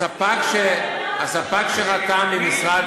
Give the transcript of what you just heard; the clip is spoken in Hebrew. הספק שחתם עם משרד